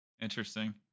Interesting